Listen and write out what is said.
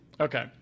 Okay